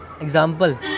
example